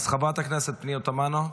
חברת הכנסת פנינה תמנו,